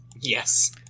Yes